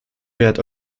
wert